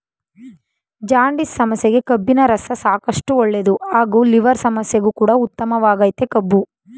jaundice ಸಮಸ್ಯೆಗೆ ಕಬ್ಬಿನರಸ ಸಾಕಷ್ಟು ಒಳ್ಳೇದು ಹಾಗೂ ಲಿವರ್ ಸಮಸ್ಯೆಗು ಕೂಡ ಉತ್ತಮವಾಗಯ್ತೆ ಕಬ್ಬು